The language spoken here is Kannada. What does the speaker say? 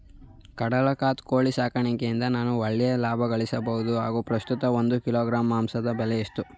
ಕಡಕ್ನಾತ್ ಕೋಳಿ ಸಾಕಾಣಿಕೆಯಿಂದ ನಾನು ಒಳ್ಳೆಯ ಲಾಭಗಳಿಸಬಹುದೇ ಹಾಗು ಪ್ರಸ್ತುತ ಒಂದು ಕಿಲೋಗ್ರಾಂ ಮಾಂಸದ ಬೆಲೆ ಎಷ್ಟು?